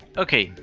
okay,